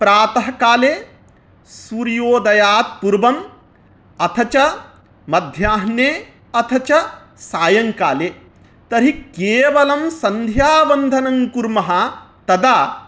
प्रातः काले सूर्योदयात् पूर्वम् अथ च मध्याह्ने अथ च सायङ्काले तर्हि केवलं सन्ध्यावन्दनं कुर्मः तदा